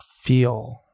feel